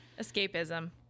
Escapism